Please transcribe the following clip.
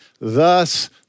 thus